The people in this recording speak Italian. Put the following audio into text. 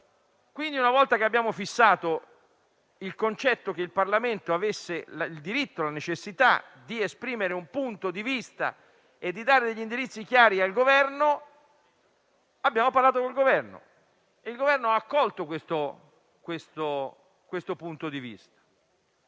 filone. Una volta fissato il concetto che il Parlamento aveva il diritto e la necessità di esprimere un punto di vista e di dare indirizzi chiari al Governo, abbiamo parlato col Governo, che ha accolto questo punto di vista.